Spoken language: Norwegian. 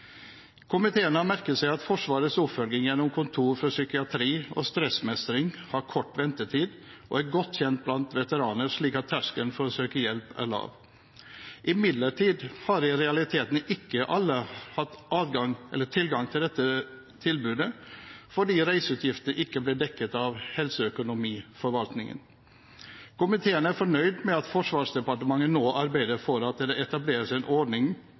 Komiteen har merket seg at Forsvarets oppfølging gjennom Kontor for psykiatri og stressmestring har kort ventetid og er godt kjent blant veteraner, slik at terskelen for å søke hjelp er lav. Imidlertid har i realiteten ikke alle hatt tilgang til dette tilbudet fordi reiseutgiftene ikke ble dekket av Helseøkonomiforvaltningen. Komiteen er fornøyd med at Forsvarsdepartementet nå arbeider for at det etableres en ordning